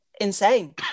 insane